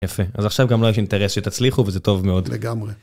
יפה, אז עכשיו גם לו יש אינטרס שתצליחו וזה טוב מאוד. לגמרי.